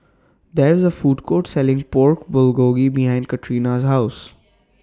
There IS A Food Court Selling Pork Bulgogi behind Katrina's House